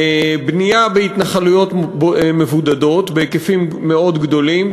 בנייה בהתנחלויות מבודדות בהיקפים מאוד גדולים,